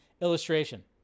Illustration